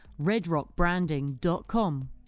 Redrockbranding.com